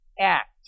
act